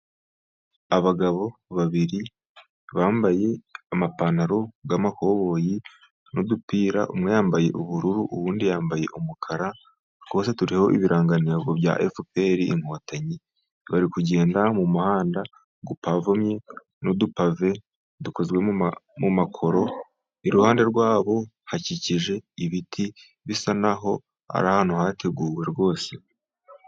Abagabo babiri bambaye amapantaro y'amakoboyi n'udupira, umwe yambaye ubururu undi yambaye umukara twose turiho ibiranganego bya efuperi inkotanyi, bari kugenda mumuhanda upavomye n'udupave dukozwe mu makoro iruhande rwabo hakikije ibiti bisa naho ari ahantu hateguwe rwose.